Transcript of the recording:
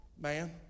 Man